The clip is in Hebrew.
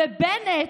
ובנט,